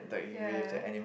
ya